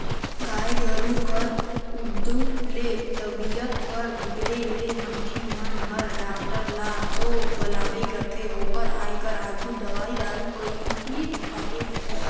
गाय गोरु कर उदुप ले तबीयत कर बिगड़े ले मनखे मन हर डॉक्टर ल तो बलाबे करथे ओकर आये कर आघु दवई दारू कईर डारे रथें